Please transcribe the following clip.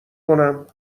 کنم